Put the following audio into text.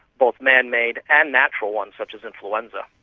both man-made and natural ones such as influenza.